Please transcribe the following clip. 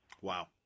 Wow